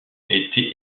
était